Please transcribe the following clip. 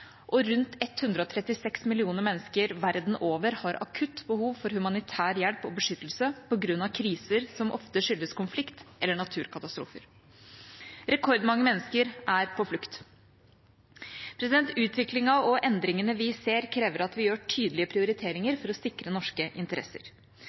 og rundt 136 millioner mennesker verden over har akutt behov for humanitær hjelp og beskyttelse på grunn av kriser som ofte skyldes konflikt eller naturkatastrofe. Rekordmange mennesker er på flukt. Utviklingen og endringene vi ser, krever at vi gjør tydelige prioriteringer